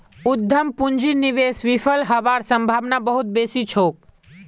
उद्यम पूंजीर निवेश विफल हबार सम्भावना बहुत बेसी छोक